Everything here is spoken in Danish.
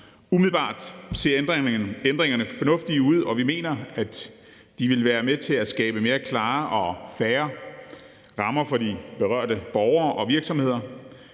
Umiddelbart ser ændringerne fornuftige ud, og vi mener, at de vil være med til at skabe færre og mere klare rammer for de berørte borgere og virksomheder.